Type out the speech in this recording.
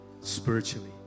spiritually